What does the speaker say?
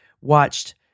watched